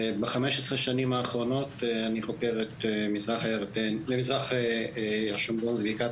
ב-15 השנים האחרונות אני חוקר את מזרח השומרון ובקעת